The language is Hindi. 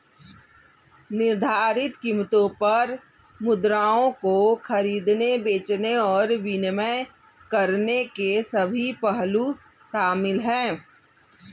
निर्धारित कीमतों पर मुद्राओं को खरीदने, बेचने और विनिमय करने के सभी पहलू शामिल हैं